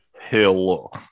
Hello